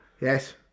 yes